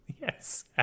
Yes